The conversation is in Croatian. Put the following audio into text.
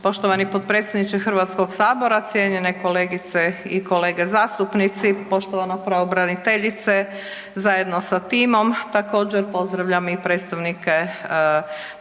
poštovani potpredsjedniče HS, cijenjene kolegice i kolege zastupnici, poštovana pravobraniteljice zajedno sa timom, također pozdravljam i predstavnike pojedinih